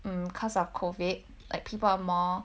mm cause of covid like people are more